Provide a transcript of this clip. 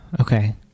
Okay